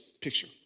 picture